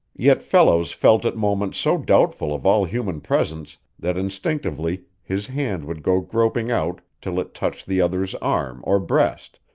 yet fellows felt at moments so doubtful of all human presence that instinctively his hand would go groping out till it touched the other's arm or breast,